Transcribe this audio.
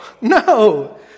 No